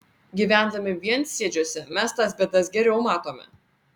gyvendami viensėdžiuose mes tas bėdas geriau matome